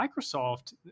Microsoft